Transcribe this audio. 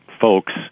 folks